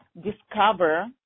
discover